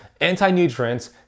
anti-nutrients